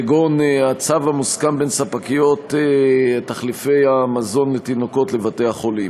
כגון הצו המוסכם בין ספקיות תחליפי המזון לתינוקות לבתי-החולים.